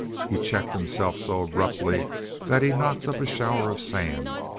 he checked himself so abruptly that he knocked up a shower of sand,